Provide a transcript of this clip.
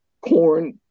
corn